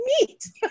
meet